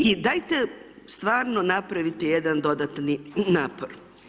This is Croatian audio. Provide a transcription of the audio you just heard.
I dajte stvarno napravite jedan dodatan napor.